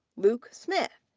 luke smith.